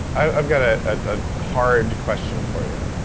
i've got ah a hard question for you.